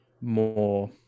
more